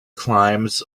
climbs